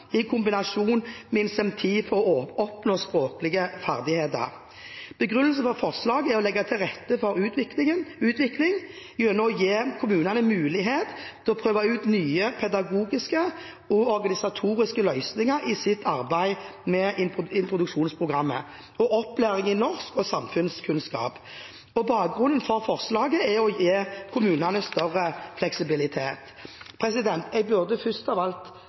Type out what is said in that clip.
i introduksjonsprogrammet i kombinasjon med incentiver for å oppnå språklige ferdigheter. Begrunnelsen for forslaget er å legge til rette for utvikling gjennom å gi kommuner mulighet til å prøve ut nye pedagogiske og organisatoriske løsninger i sitt arbeid med introduksjonsprogrammet og opplæring i norsk og samfunnskunnskap. Bakgrunnen for forslaget er å gi kommunene større fleksibilitet. Jeg burde først av alt